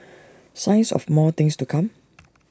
signs of more things to come